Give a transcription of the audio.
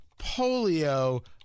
polio